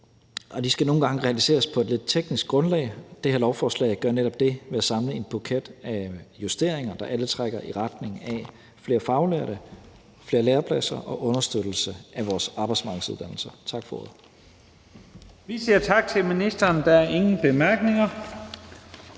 og de skal nogle gange realiseres på et lidt teknisk grundlag. Det her lovforslag gør netop det ved at samle en buket af justeringer, der alle trækker i retning af flere faglærte, flere lærepladser og understøttelse af vores arbejdsmarkedsuddannelser. Tak for ordet. Kl. 15:26 Første næstformand (Leif Lahn Jensen):